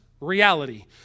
reality